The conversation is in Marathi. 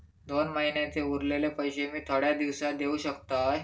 दोन महिन्यांचे उरलेले पैशे मी थोड्या दिवसा देव शकतय?